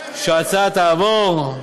שההצעה תעבור.